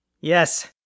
Yes